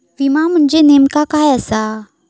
विमा म्हणजे नेमक्या काय आसा?